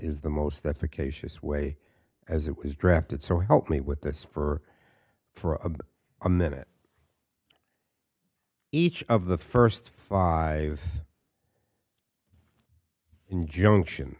is the most that the keisha's way as it was drafted so help me with this for for a a minute each of the first five injunction